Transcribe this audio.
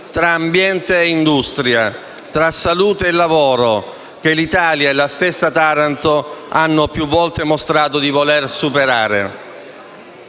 tra ambiente e industria, tra salute e lavoro, che l'Italia e la stessa Taranto hanno più volte mostrato di voler superare.